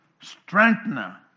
strengthener